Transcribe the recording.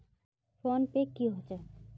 Phone पै की होचे?